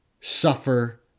suffer